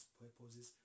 purposes